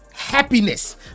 happiness